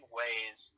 ways